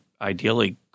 ideally